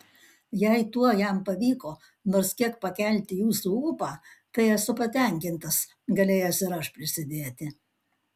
jei tuo jam pavyko nors kiek pakelti jūsų ūpą tai esu patenkintas galėjęs ir aš prisidėti